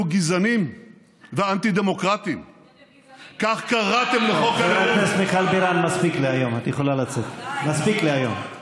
ושאלתי: איך זה יכול להיות שממיליון עולים לא מצאו שופט אחד למנות אותו,